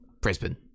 Brisbane